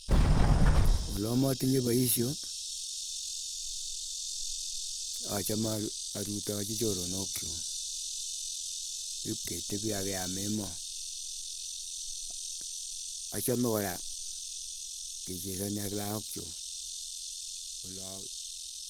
Olamatinye poisyo, achame aru arutochi choronok chuk kipketepii akeam emoo. Achame kora kechesani ak laak chuu, oloo.